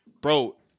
bro